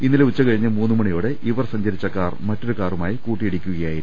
ഇന്നലെ ഉച്ച കഴിഞ്ഞ് മൂന്ന് മണി യോടെ ഇവർ സഞ്ചരിച്ച കാർ മറ്റൊരു കാറുമായി കൂട്ടിയിടിക്കുക യായിരുന്നു